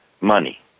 money